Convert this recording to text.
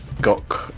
got